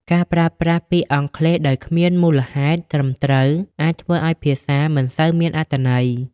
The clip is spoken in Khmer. ការប្រើប្រាស់ពាក្យអង់គ្លេសដោយគ្មានមូលហេតុត្រឹមត្រូវអាចធ្វើឱ្យភាសាមិនសូវមានអត្ថន័យ។